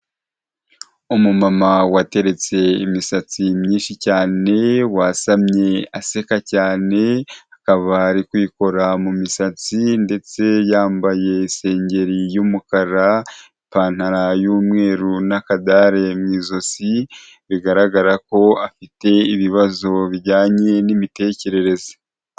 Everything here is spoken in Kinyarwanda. Umumama wateretse imisatsi myinshi cyane, wasamye aseka cyane, akaba ari kwikora mu misatsi ndetse yambaye isengeri y'umukara, ipantaro y'umweru n'akadari mu izosi, bigaragara ko afite ibibazo bijyanye n'imitekerereze.